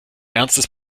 ernstes